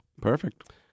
Perfect